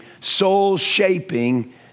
soul-shaping